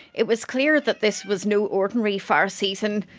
it was clear that this was no ordinary fire season.